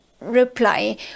reply